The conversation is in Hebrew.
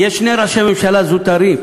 יש שני ראשי ממשלה זוטרים,